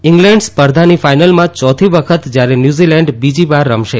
England સા ધાની ફાઇનલમાં ચોથી વખત જયારે ન્યુઝીલેન્ડ બીજીવાર રમશે